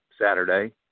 Saturday